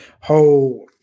whole